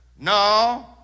No